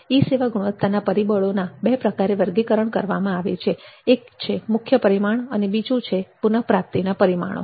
ઈ સેવા ગુણવત્તાના પરિબળોના બે પ્રકારે વર્ગીકરણ કરવામાં આવેલ છે એક છે મુખ્ય પરિમાણો અને બીજું છે તેવા પુનઃપ્રાપ્તિ પરિમાણો